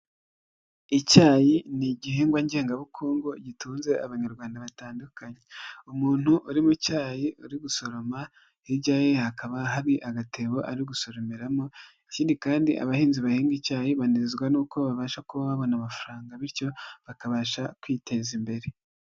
Icyayi ni igihingwa ngengabukungu gitunze abanyarwanda batandukanye, umuntu uri mu icyayi uri gusoroma, hirya ye hakaba hari agatebo ari gusoromeramo, ikindi kandi abahinzi bahinga icyayi banezezwa nuko babasha kuba babona amafaranga bityo bakabasha kwiteza imbere.